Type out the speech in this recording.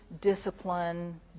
discipline